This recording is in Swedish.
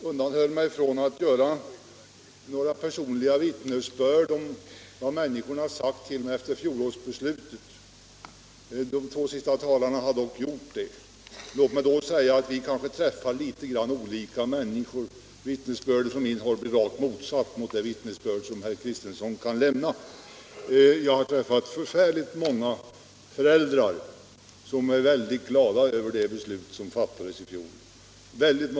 Herr talman! Jag avhöll mig från personliga vittnesbörd om vad människor har sagt till mig efter fjolårsbeslutet. De två senaste talarna har emellertid inte gjort det, och låt mig därför säga att vi kanske träffar litet olika människor. De åsikter som har framförts till mig är rakt motsatta dem som herr Kristenson har redogjort för. Jag har träffat förfärligt många föräldrar som är väldigt glada över det beslut som fattades i fjol.